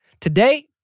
Today